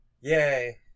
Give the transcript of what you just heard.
Yay